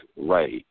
right